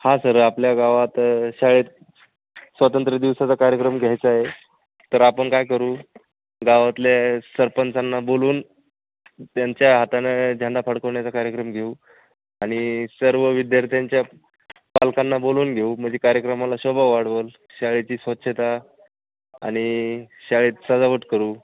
हां सर आपल्या गावात शाळेत स्वातंत्र्यदिवसाचा कार्यक्रम घ्यायचा आहे तर आपण काय करू गावातल्या सरपंचांना बोलावून त्यांच्या हातानं झेंडा फडकवण्याचा कार्यक्रम घेऊ आणि सर्व विद्यार्थ्यांच्या पालकांना बोलावून घेऊ म्हणजे कार्यक्रमाला शोभा वाढवंल शाळेची स्वच्छता आणि शाळेत सजावट करू